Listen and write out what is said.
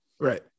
Right